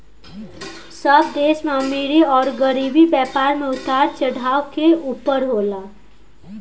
सब देश में अमीरी अउर गरीबी, व्यापार मे उतार चढ़ाव के ऊपर होला